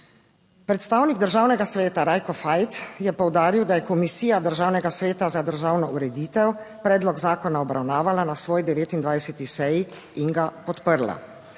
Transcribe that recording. Predstavnik Državnega sveta Rajko Fajt je poudaril, da je Komisija Državnega sveta za državno ureditev predlog zakona obravnavala na svoji 29. seji in ga podprla.